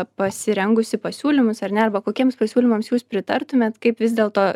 pasirengusi pasiūlymams ar ne arba kokiems pasiūlymams jūs pritartumėt kaip vis dėlto